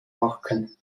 backen